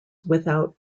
without